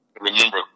Remember